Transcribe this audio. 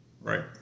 right